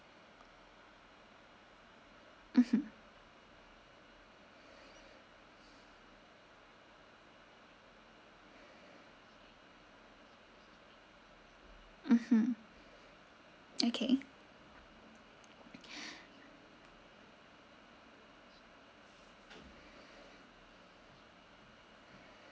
mmhmm mmhmm okay